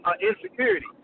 insecurity